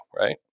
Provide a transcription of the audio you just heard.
right